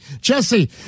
Jesse